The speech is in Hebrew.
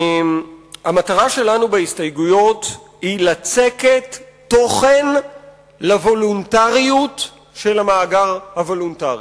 המטרה שלנו בהסתייגויות היא לצקת תוכן לוולונטריות של המאגר הוולונטרי,